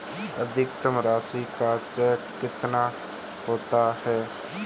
अधिकतम राशि का चेक कितना होता है?